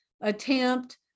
attempt